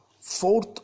fourth